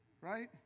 Right